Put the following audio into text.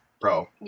Bro